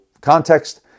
context